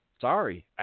Sorry